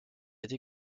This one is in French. été